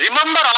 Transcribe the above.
Remember